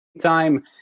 time